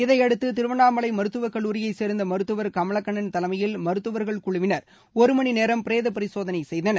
இதையடுத்து திருவண்ணாமலை மருத்துவக் கல்லூரியைச் சேர்ந்த மருத்துவர் கமலக்கண்ணன் தலைமையில் மருத்துவர்கள் குழுவினர் ஒருமணி நேரம் பிரேதப் பரிசோதனை செய்தனர்